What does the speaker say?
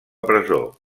presó